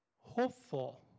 hopeful